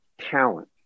talent